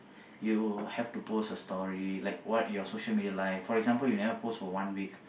you have to post a story like what your social media life like for example you never post for one week